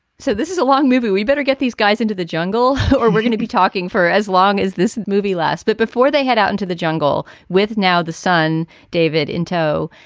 so this is a long movie. we better get these guys into the jungle or we're going to be talking for as long as this movie last. but before they head out into the jungle with now the son david in tow.